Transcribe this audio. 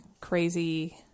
crazy